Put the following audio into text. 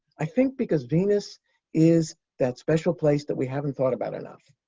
i think because venus is that special place that we haven't thought about enough.